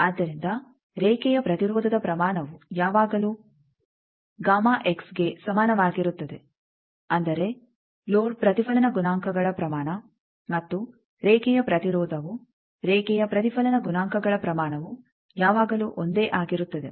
ಆದ್ದರಿಂದ ರೇಖೆಯ ಪ್ರತಿರೋಧದ ಪ್ರಮಾಣವು ಯಾವಾಗಲೂ ಗೆ ಸಮಾನವಾಗಿರುತ್ತದೆ ಅಂದರೆ ಲೋಡ್ ಪ್ರತಿಫಲನ ಗುಣಾಂಕಗಳ ಪ್ರಮಾಣ ಮತ್ತು ರೇಖೆಯ ಪ್ರತಿರೋಧವು ರೇಖೆಯ ಪ್ರತಿಫಲನ ಗುಣಾಂಕಗಳ ಪ್ರಮಾಣವು ಯಾವಾಗಲೂ ಒಂದೇ ಆಗಿರುತ್ತದೆ